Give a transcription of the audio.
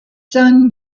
son